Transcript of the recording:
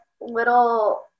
little